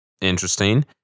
interesting